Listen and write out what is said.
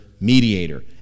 mediator